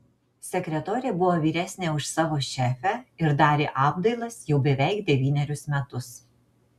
sekretorė buvo vyresnė už savo šefę ir darė apdailas jau beveik devynerius metus